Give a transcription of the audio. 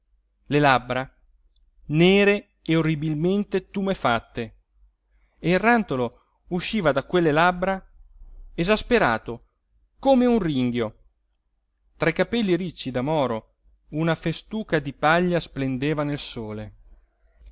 le labbra nere e orribilmente tumefatte e il rantolo usciva da quelle labbra esasperato come un ringhio tra i capelli ricci da moro una festuca di paglia splendeva nel sole